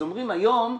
אומרים היום,